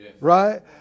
right